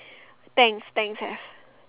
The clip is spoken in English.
Tangs Tangs have